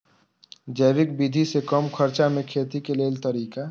जैविक विधि से कम खर्चा में खेती के लेल तरीका?